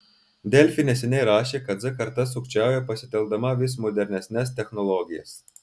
delfi neseniai rašė kad z karta sukčiauja pasitelkdama vis modernesnes technologijas